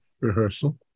rehearsal